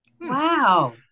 Wow